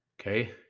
Okay